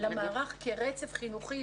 למערך כרצף חינוכי,